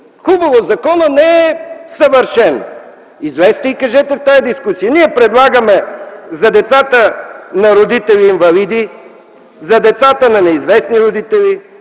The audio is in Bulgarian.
„Хубаво, законът не е съвършен.” Излезте и кажете: „Ние предлагаме за децата на родители-инвалиди, за децата на неизвестни родители,